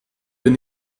bin